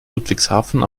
ludwigshafen